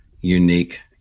unique